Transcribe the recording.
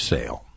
Sale